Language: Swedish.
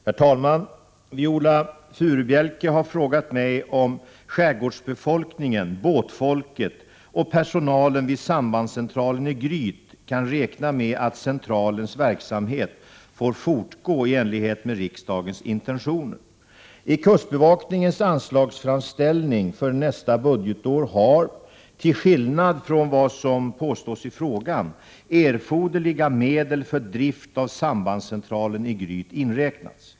Herr talman! Viola Furubjelke har frågat mig om skärgårdsbefolkningen, båtfolket och personalen vid sambandscentralen i Gryt kan räkna med att centralens verksamhet får fortgå i enlighet med riksdagens intentioner. I kustbevakningens anslagsframställning för nästa budgetår har, till skillnad från vad som påstås i frågan, erforderliga medel för drift av sambandscentralen i Gryt inräknats.